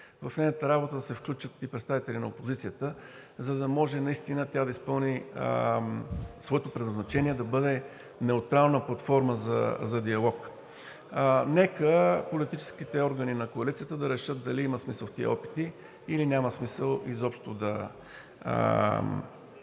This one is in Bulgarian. в нейната работа да се включат и представители на опозицията, за да може наистина тя да изпълни своето предназначение, да бъде неутрална платформа за диалог. Нека политическите органи на коалицията да решат дали има смисъл в тези опити, или няма смисъл изобщо да